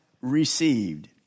received